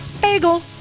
Bagel